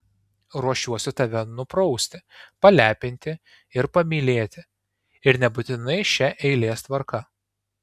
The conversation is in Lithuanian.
ruošiuosi tave nuprausti palepinti ir pamylėti ir nebūtinai šia eilės tvarka